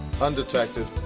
undetected